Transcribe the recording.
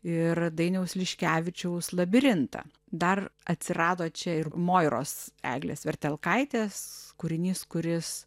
ir dainiaus liškevičiaus labirintą dar atsirado čia ir moiros eglės vertelkaitės kūrinys kuris